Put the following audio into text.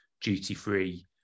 duty-free